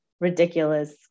ridiculous